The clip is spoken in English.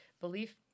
belief